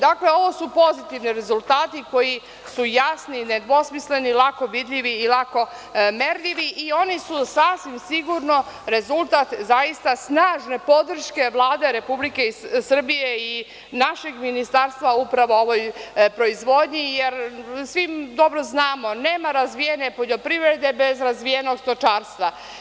Dakle, ovo su pozitivni rezultati koji su jasni, nedvosmisleni, lako vidljivi i lako merljivi i oni su sasvim sigurno rezultat zaista snažne podrške Vlade Republike Srbije i našeg ministarstva upravo ovoj proizvodnji, jer svi dobro znamo, nema razvijene poljoprivrede bez razvijenog stočarstva.